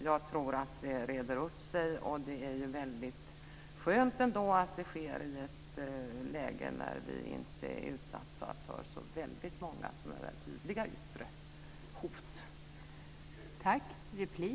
Jag tror att det reder upp sig. Det är ju väldigt skönt att det sker i ett läge där vi inte är utsatta för så väldigt många tydliga yttre hot.